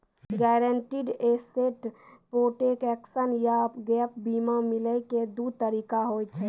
guaranteed asset protection या gap बीमा मिलै के दु तरीका होय छै